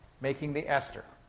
making the ester.